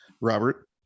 Robert